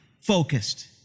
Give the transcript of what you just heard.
focused